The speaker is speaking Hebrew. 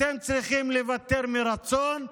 אתם צריכים לוותר מרצון,